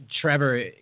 Trevor